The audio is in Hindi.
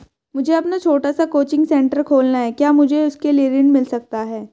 मुझे अपना छोटा सा कोचिंग सेंटर खोलना है क्या मुझे उसके लिए ऋण मिल सकता है?